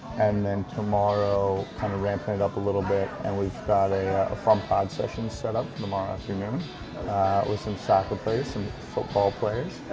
and then tomorrow kind of ramping it up a little bit and we've got a fun pod session set up for tomorrow afternoon with some soccer players, some football players.